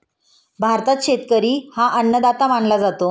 भारतात शेतकरी हा अन्नदाता मानला जातो